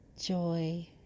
joy